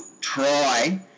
try